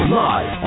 live